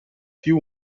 più